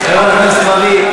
חברת הכנסת לביא,